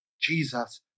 Jesus